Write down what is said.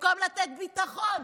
במקום לתת ביטחון,